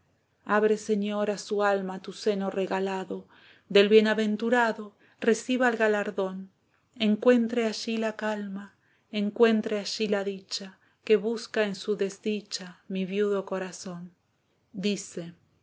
abre señor a su alma tu seno regalado del bienaventurado reciba el galardón encuentre allí la calma encuentre allí la dicha que busca en su desdicha mi viudo corazón esteban echeverrí'a dice un